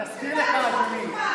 אני אזכיר לך, אדוני.